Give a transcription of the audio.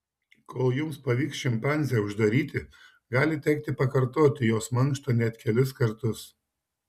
kol jums pavyks šimpanzę uždaryti gali tekti pakartoti jos mankštą net kelis kartus